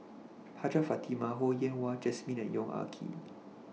Hajjah Fatimah Ho Yen Wah Jesmine and Yong Ah Kee